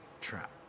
trap